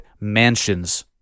mansions